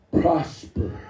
prosper